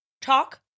talk